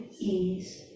ease